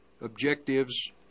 objectives